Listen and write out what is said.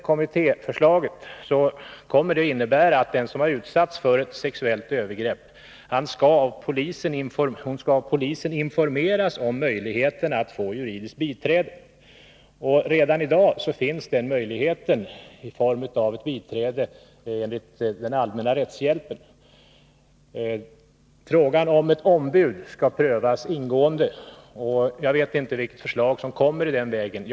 Kommitténs förslag kommer att innebära att den som har utsatts för ett sexuellt övergrepp skall av polisen informeras om möjligheten att få juridiskt biträde. Redan i dag finns den möjligheten, i form av ett biträde i enlighet med den allmänna rättshjälpen. Frågan om ett ombud skall prövas ingående, och jag vet inte vilket förslag som kommer i detta avseende.